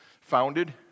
founded